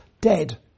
dead